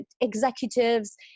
executives